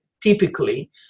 typically